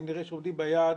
אם נראה שעומדים ביעד,